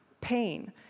pain